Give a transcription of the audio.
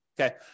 Okay